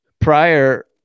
prior